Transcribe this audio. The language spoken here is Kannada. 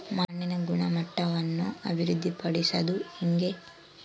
ಮಣ್ಣಿನ ಗುಣಮಟ್ಟವನ್ನು ಅಭಿವೃದ್ಧಿ ಪಡಿಸದು ಹೆಂಗೆ?